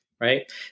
Right